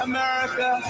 America